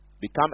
Become